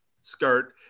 skirt